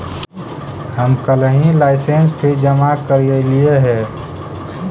हम कलहही licence fees जमा करयलियइ हे